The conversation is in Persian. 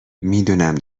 میدونم